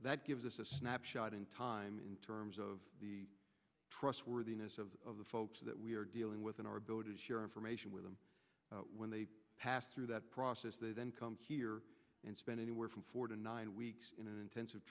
that gives us a snapshot in time in terms of the trustworthiness of the folks that we are dealing with and our ability to share information with them when they pass through that process they then come here and spend anywhere from four to nine weeks in an intensive